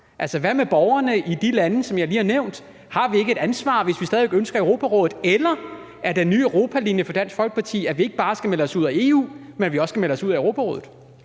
magt. Hvad med borgerne i de lande, som jeg lige har nævnt? Har vi ikke et ansvar, hvis vi stadig væk ønsker Europarådet? Eller er den nye europalinje fra Dansk Folkeparti, at vi ikke bare skal melde os ud af EU, men at vi også skal melde os ud af Europarådet?